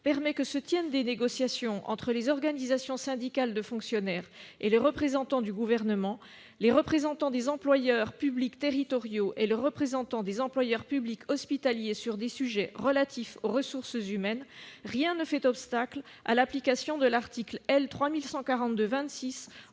permet que se tiennent des négociations entre les organisations syndicales de fonctionnaires et les représentants du Gouvernement, les représentants des employeurs publics territoriaux et les représentants des employeurs publics hospitaliers sur des sujets relatifs aux ressources humaines, rien ne fait obstacle à l'application de l'article L. 3142-26